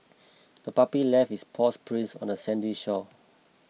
the puppy left its paw prints on the sandy shore